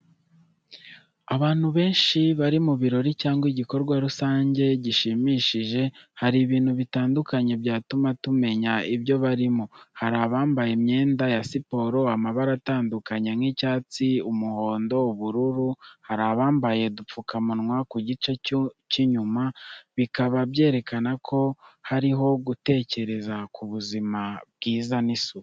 Abantu benshi bari mu birori cyangwa igikorwa rusange gishimishije. Hari ibintu bitandukanye byatuma tumenya ibyo barimo. Hari abambaye imyenda ya siporo amabara atandukanye nk'icyatsi, umuhondo, ubururu. Hari abambaye udupfukamunwa ku gice cy’inyuma, bikaba byerekana ko hariho gutekereza ku buzima bwiza n'isuku.